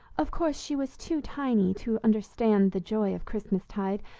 of course, she was too tiny to understand the joy of christmas-tide,